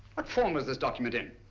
what form is this document in?